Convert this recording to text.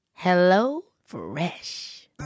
HelloFresh